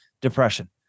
depression